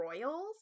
royals